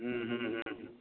हूं हूं हूं